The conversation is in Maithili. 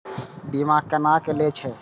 बीमा केना ले जाए छे?